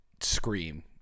scream